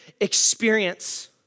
experience